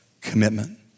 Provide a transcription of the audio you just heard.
commitment